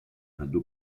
indo